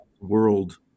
world